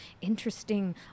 interesting